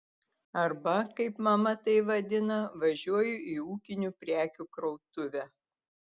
arba kaip mama tai vadina važiuoju į ūkinių prekių krautuvę